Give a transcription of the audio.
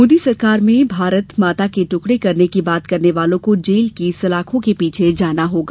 मोदी सरकार में भारत माता के टुकडे करने की बात करने वालों को जेल की सलाखों के पीछे जाना होगा